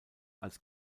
als